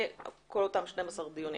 לפני כל אותם 12 דיונים.